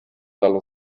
dallo